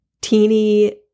teeny